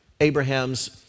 Abraham's